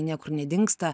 niekur nedingsta